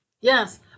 Yes